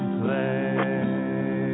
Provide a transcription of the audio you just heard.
play